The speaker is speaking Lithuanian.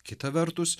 kita vertus